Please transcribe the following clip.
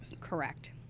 Correct